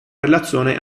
relazione